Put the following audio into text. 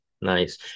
Nice